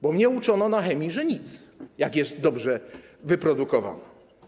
Bo mnie uczono na chemii, że nic, jak jest dobrze wyprodukowana.